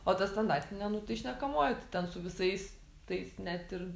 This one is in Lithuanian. o ta standartinė nu tai šnekamoji ten su visais tais net ir